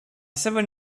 seven